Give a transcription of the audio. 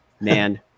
Man